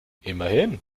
immerhin